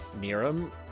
Niram